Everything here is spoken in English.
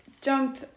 jump